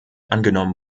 angenommen